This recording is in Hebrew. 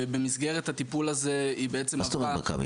במסגרת הטיפול הזה היא בעצם --- מה זאת אומרת מכבי?